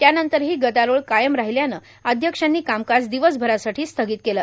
त्यानंतरही गदारोळ कायम राहिल्यानं अध्यक्षांनी कामकाज दिवसभरासाठी स्थगित केलं